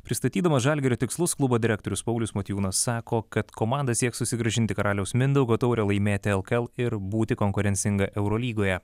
pristatydamas žalgirio tikslus klubo direktorius paulius motiejūnas sako kad komanda sieks susigrąžinti karaliaus mindaugo taurę laimėti lkl ir būti konkurencinga eurolygoje